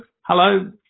hello